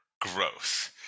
growth